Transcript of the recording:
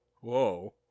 Whoa